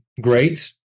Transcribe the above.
great